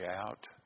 out